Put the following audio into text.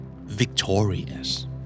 Victorious